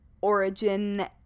origin